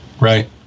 Right